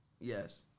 yes